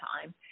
time